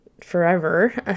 forever